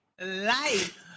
life